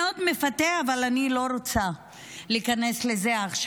מפתה מאוד, אבל אני לא רוצה להיכנס לזה עכשיו.